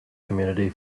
community